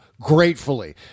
gratefully